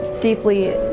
deeply